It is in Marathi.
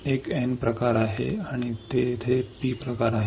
एक N प्रकार आहे आणि तेथे P प्रकार आहे